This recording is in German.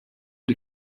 die